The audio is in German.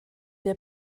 der